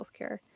healthcare